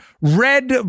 red